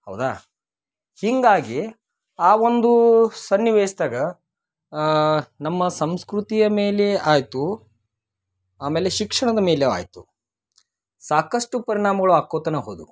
ಹೌದಾ ಹೀಗಾಗಿ ಆ ಒಂದು ಸನ್ನಿವೇಶ್ದಾಗ ನಮ್ಮ ಸಂಸ್ಕೃತಿಯ ಮೇಲೆ ಆಯಿತು ಆಮೇಲೆ ಶಿಕ್ಷಣದ ಮೇಲೆ ಆಯಿತು ಸಾಕಷ್ಟು ಪರಿಣಾಮಗಳು ಆಕೊತನ ಹೋದವು